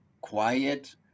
quiet